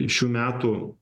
šių metų